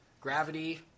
Gravity